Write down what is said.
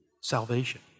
salvation